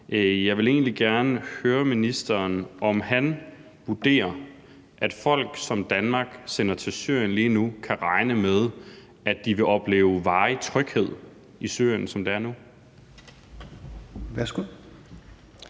Jeg vil egentlig gerne høre, om ministeren vurderer, at folk, som Danmark sender til Syrien lige nu, kan regne med, at de vil opleve varig tryghed i Syrien, som det er nu.